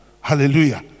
Hallelujah